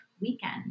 weekend